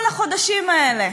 כל החודשים האלה,